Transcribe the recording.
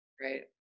Right